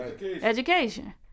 Education